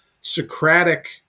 Socratic